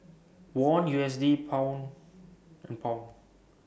Won U S D Pound and Pound